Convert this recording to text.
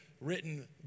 written